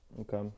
Okay